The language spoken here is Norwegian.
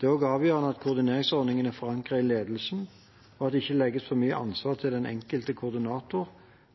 er også avgjørende at koordinatorordningene er forankret i ledelsen, og at det ikke legges for mye ansvar til den enkelte koordinator,